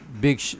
big